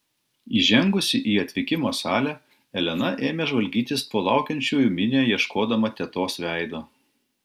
įžengusi į atvykimo salę elena ėmė žvalgytis po laukiančiųjų minią ieškodama tetos veido